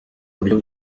buryo